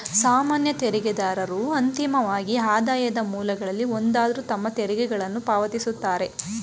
ಸಾಮಾನ್ಯ ತೆರಿಗೆದಾರರು ಅಂತಿಮವಾಗಿ ಆದಾಯದ ಮೂಲಗಳಲ್ಲಿ ಒಂದಾದ್ರು ತಮ್ಮ ತೆರಿಗೆಗಳನ್ನ ಪಾವತಿಸುತ್ತಾರೆ